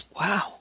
Wow